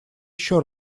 еще